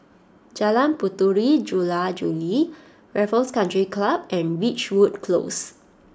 Jalan Puteri Jula Juli Raffles Country Club and Ridgewood Close